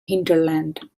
hinterland